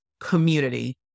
community